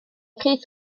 crys